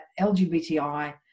LGBTI